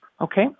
Okay